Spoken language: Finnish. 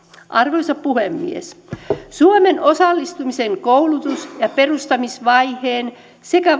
arvoisa puhemies suomen osallistumisen koulutus ja perustamisvaiheen sekä